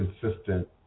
consistent